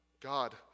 God